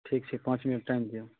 ठीक छै पाँच मिनट टाइम दिअ